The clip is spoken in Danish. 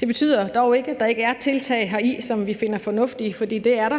Det betyder dog ikke, at der ikke er tiltag heri, som vi finder fornuftige, for det er der.